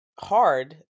hard